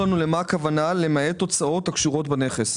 הכוונה 'למעט הוצאות הקשורות בנכס'.